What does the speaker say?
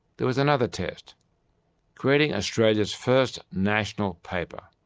there was another test creating australia's first national paper.